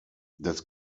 das